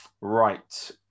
Right